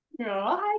Hi